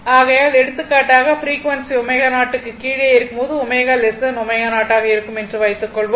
ஆகையால் எடுத்துக்காட்டாக ஃப்ரீக்வன்சி ω0 க்குக் கீழே இருக்கும்போது ω ω0 ஆக இருக்கும் என்று வைத்துக்கொள்வோம்